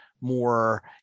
more